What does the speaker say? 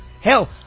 Hell